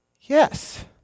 Yes